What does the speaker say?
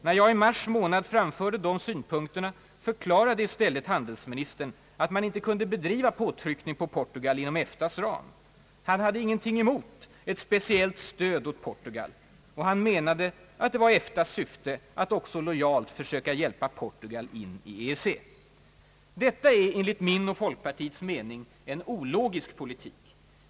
När jag i mars månad framförde de synpunkterna förklarade i stället handelsministern att man inte kunde bedriva påtryckning på Portugal inom EFTA:s ram, Han hade ingenting emot ett speciellt stöd åt Portugal. Han menade att det var EFTA:s syfte att också lojalt försöka hjälpa Portugal in i EEC. Detta är enligt min och folkpartiets mening en ologisk politik.